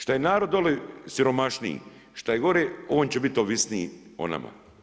Što je narod dolje siromašniji, što je gore on će biti ovisniji o nama.